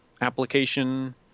application